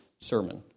sermon